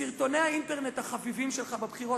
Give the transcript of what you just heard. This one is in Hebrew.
בסרטוני האינטרנט החביבים שלך בבחירות,